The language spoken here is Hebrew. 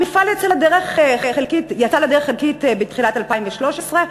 המפעל יצא לדרך חלקית בתחילת 2013,